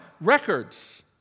records